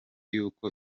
y’uko